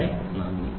വളരെ നന്ദി